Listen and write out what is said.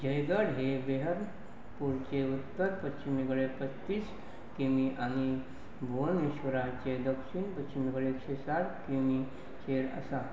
जयगड हे बेहरपूरचे उत्तर पश्चिमे कडे पचत्तीस किमी आनी भुवनश्वराचे दक्षिण पश्चिमे कळे साठ किमीचेर आसा